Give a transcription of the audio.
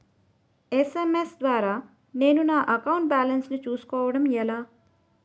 SMS ద్వారా నేను నా అకౌంట్ బాలన్స్ చూసుకోవడం ఎలా?